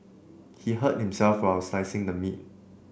he hurt himself while slicing the meat